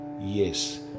yes